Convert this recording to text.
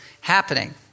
happening